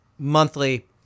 Monthly